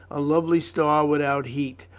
a lovely star without heat,